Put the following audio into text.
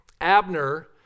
Abner